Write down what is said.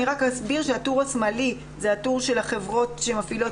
אני אסביר שהטור השמאלי הוא הטור של החברות שמפעילות